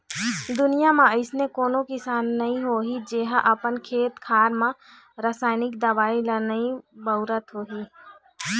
दुनिया म अइसे कोनो किसान नइ होही जेहा अपन खेत खार म रसाइनिक दवई ल नइ बउरत होही